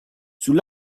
sul